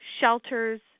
shelters